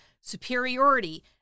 superiority